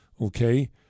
Okay